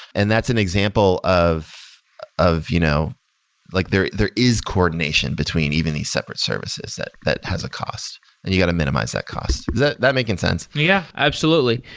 and that's an example of of you know like there there is coordination between even these separate services that that has a cost and you got to minimize that cost. is that making sense? yeah, absolutely.